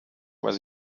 was